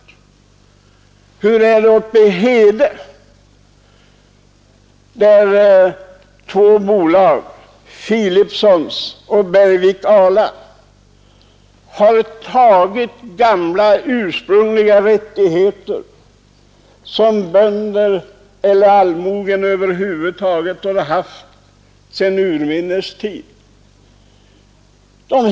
Eller hur är det uppe i Hede, där två bolag, Philipsons och Bergvik och Ala, har lagt beslag på gamla, ursprungliga rättigheter som allmogen och bönderna har haft sedan urminnes tider?